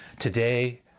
Today